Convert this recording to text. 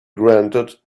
granted